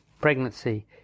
pregnancy